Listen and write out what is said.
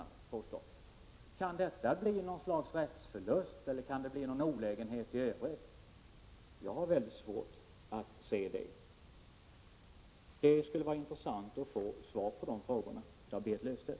om ooo na vill, kan det då uppstå något slags rättsförlust eller olägenhet i övrigt? Jag har mycket svårt att se det. Det skulle vara intressant att få svar på de här frågorna av Berit Löfstedt.